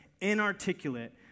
inarticulate